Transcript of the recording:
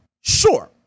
sure